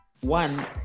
One